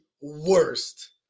worst